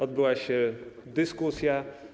Odbyła się dyskusja.